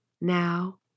Now